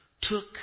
took